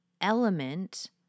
element